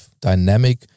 dynamic